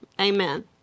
Amen